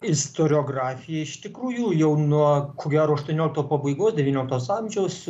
istoriografija iš tikrųjų jau nuo ko gero aštuoniolikto pabaigos devyniolikto amžiaus